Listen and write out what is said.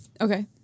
Okay